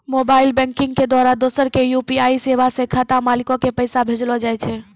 mobile banking के द्वारा दोसरा के यू.पी.आई सेबा से खाता मालिको के पैसा भेजलो जाय छै